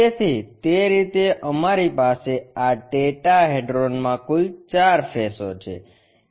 તેથી તે રીતે અમારી પાસે આ ટેટ્રાહેડ્રોન મા કુલ ચાર ફેસો છે